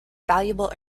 valuable